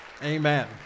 Amen